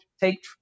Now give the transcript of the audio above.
take